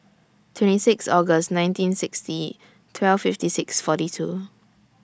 twenty six August nineteen sixty twelve fifty six forty two